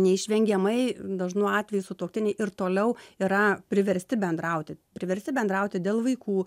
neišvengiamai dažnu atveju sutuoktiniai ir toliau yra priversti bendrauti priversti bendrauti dėl vaikų